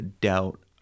doubt